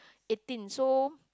eighteen so